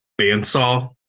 bandsaw